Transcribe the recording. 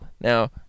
Now